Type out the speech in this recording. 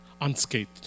unscathed